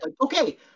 Okay